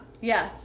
Yes